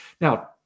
Now